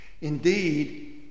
Indeed